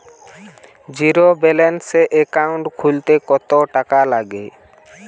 Zero balance account খুলতে কত টাকা লাগে?